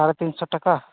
ᱥᱟᱲᱮ ᱛᱤᱱᱥᱚ ᱴᱟᱠᱟ